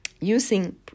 using